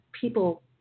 people